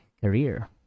career